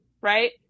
Right